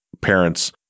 parents